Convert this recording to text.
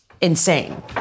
Insane